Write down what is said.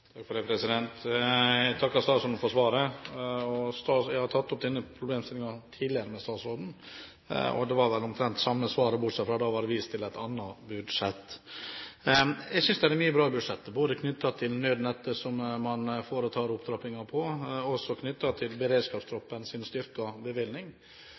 Jeg takker statsråden for svaret. Jeg har tatt opp denne problemstillingen med statsråden tidligere og fikk vel omtrent det samme svaret, bortsett fra at da ble det vist til et annet budsjett. Jeg synes det er mye bra i budsjettet, knyttet både til nødnettet, som man får en opptrapping av, og